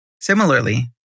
Similarly